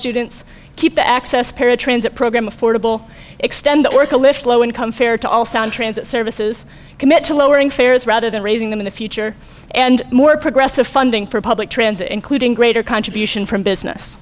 students keep the access paratransit program affordable extend the work to lift low income fair to all sound transit services commit to lowering fares rather than raising them in the future and more progressive funding for public transit including greater contribution from business